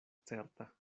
certa